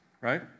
right